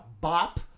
bop